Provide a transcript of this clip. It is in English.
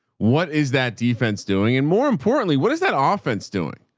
what is that defense doing? and more importantly, what is that offense doing?